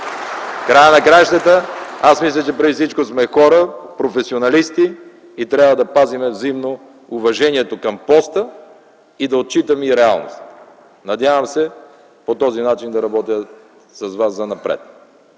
края на краищата, аз мисля, че преди всичко сме хора, професионалисти, и трябва да пазим взаимно уважението към поста и да отчитаме и реалното. Надявам се по този начин да работя с Вас занапред.